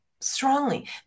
strongly